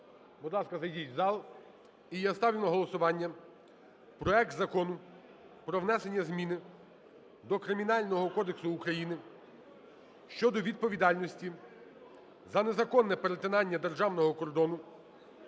будь ласка, зайдіть у зал. І я ставлю на голосування проект Закону про внесення зміни до Кримінального кодексу України щодо відповідальності за незаконне перетинання державного кордону